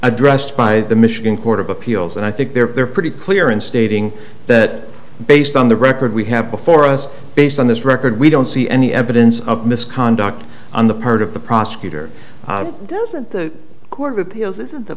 addressed by the michigan court of a appeals and i think they're pretty clear in stating that based on the record we have before us based on this record we don't see any evidence of misconduct on the part of the prosecutor doesn't the court of appeals isn't the